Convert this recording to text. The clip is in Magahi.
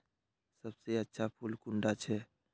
सबसे अच्छा फुल कुंडा छै?